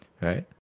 right